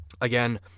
again